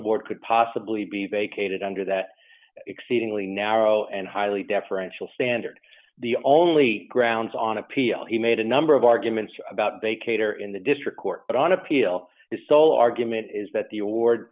award could possibly be vacated under that exceedingly narrow and highly deferential standard the only grounds on appeal he made a number of arguments about they cater in the district court but on appeal the sole d argument is that the award